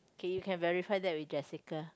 K you can verify that with Jessica